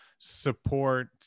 support